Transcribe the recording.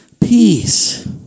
Peace